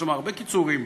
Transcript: יש שם הרבה קיצורים.